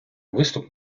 виступ